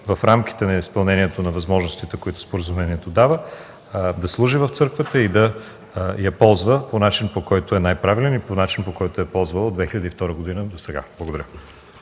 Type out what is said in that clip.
в рамките на изпълнението на възможностите, които споразумението дава, да служи в църквата и да я ползва по начин, който е най-правилен и е ползвала от 2002 г. до сега. Благодаря.